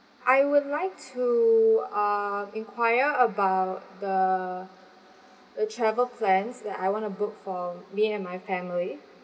I would like to uh inquire about the the travel plans that I want to book for me and my family